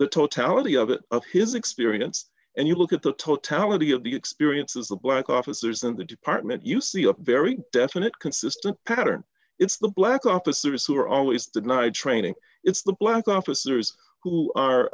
the totality of it of his experience and you look at the totality of the experience as a black officers in the department you see a very definite consistent pattern it's the black officers who are always denied training it's the black officers who